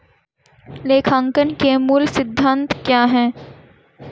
लेखांकन के मूल सिद्धांत क्या हैं?